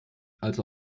als